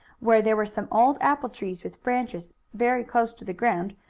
where there were some old apple trees, with branches very close to the ground,